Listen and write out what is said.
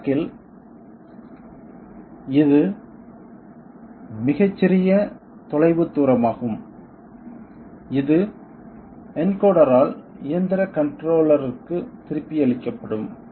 இந்த வழக்கில் இது மிகச்சிறிய தொலைவுத் தகவலாகும் இது என்கோடரால் இயந்திரக் கன்ட்ரோலற்குத் திருப்பியளிக்கப்படும்